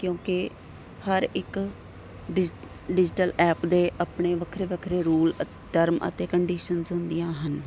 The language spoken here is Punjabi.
ਕਿਉਂਕਿ ਹਰ ਇੱਕ ਡਿਜ ਡਿਜ਼ੀਟਲ ਐਪ ਦੇ ਆਪਣੇ ਵੱਖਰੇ ਵੱਖਰੇ ਰੂਲ ਅ ਟਰਮ ਅਤੇ ਕੰਡੀਸ਼ਨਸ ਹੁੰਦੀਆਂ ਹਨ